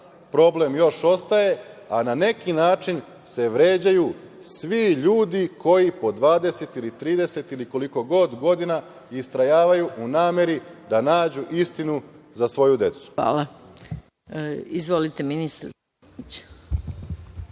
Problem još ostaje, a na neki način se vređaju svi ljudi koji, po 20 ili 30 ili koliko god godina, istrajavaju u nameri da nađu istinu za svoju decu. **Maja Gojković** Hvala. Reč